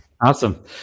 Awesome